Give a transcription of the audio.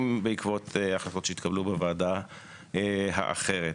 אם בעקבות החלטות שהתקבלו בוועדה האחרת.